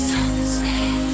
Sunset